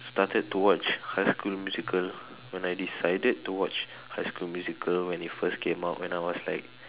started to watch high school musical when I decided to watch high school musical when it first came out when I was like